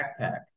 backpack